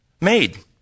made